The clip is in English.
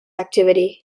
activity